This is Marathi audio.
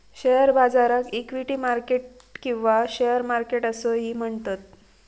शेअर बाजाराक इक्विटी मार्केट किंवा शेअर मार्केट असोही म्हणतत